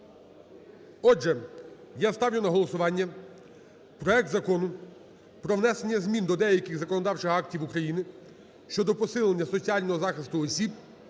Отже, я ставлю на голосування проект Закону про внесення змін до деяких законодавчих актів України щодо посилення соціального захисту осіб,